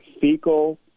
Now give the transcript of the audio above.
fecal